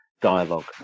dialogue